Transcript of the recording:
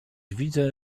widzę